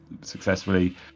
successfully